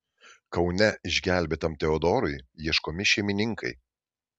kaune išgelbėtam teodorui ieškomi šeimininkai